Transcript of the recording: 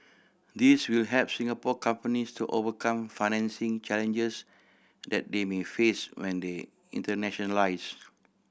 these will help Singapore companies to overcome financing challenges that they may face when they internationalise